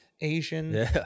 Asian